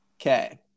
Okay